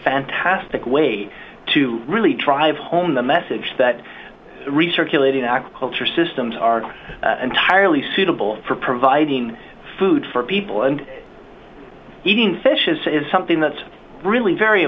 fantastic way to really drive home the message that research relating agriculture systems are entirely suitable for providing food for people and eating fish is something that's really very